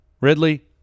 Ridley